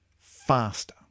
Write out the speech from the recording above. faster